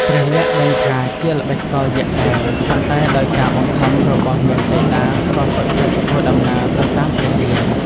ព្រះលក្សណ៍ដឹងថាជាល្បិចកលយក្សដែរ ប៉ុន្តែដោយការបង្ខំរបស់នាងសីតាក៏សុខចិត្តធ្វើដំណើរទៅតាមព្រះរាម។